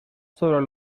sobre